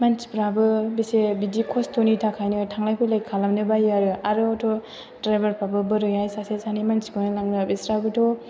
मानसिफोराबो बेसे बिदि खस्थ'नि थाखायनो थांलाय फैलाय खालामनो बायो आरो आरोथ' ड्राइभारफोराबो बोरैहाय सासे सानै मानसिखौनो लांनो बिसोरहाबोथ'